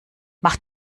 mach